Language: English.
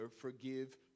forgive